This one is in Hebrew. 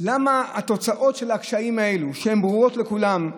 למה התוצאות של הקשיים האלה, שהן ברורות לכולם,